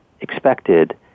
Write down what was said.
expected